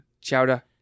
Chowder